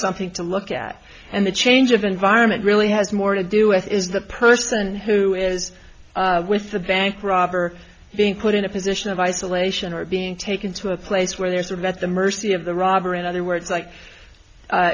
something to look at and the change of environment really has more to do with is the person who is with the bank robber being put in a position of isolation or being taken to a place where they're sort of at the mercy of the robber in other words like